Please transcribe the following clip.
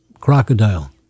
Crocodile